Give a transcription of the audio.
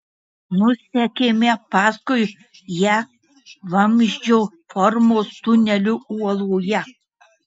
nusekėme paskui ją vamzdžio formos tuneliu uoloje